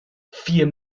vier